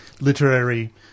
literary